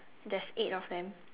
there's eight of them